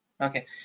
okay